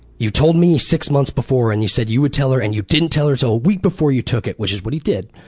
you told me six months before and you said you would tell her and you didn't tell her until a week before you took it which is what he did.